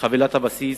בחבילת הבסיס,